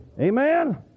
Amen